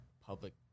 public